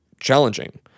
challenging